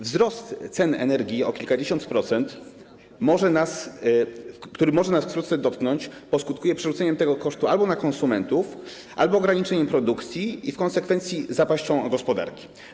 Wzrost cen energii o kilkadziesiąt procent, który może nas wkrótce dotknąć, będzie skutkowało przerzuceniem tego kosztu albo na konsumentów albo ograniczeniem produkcji i w konsekwencji zapaścią gospodarki.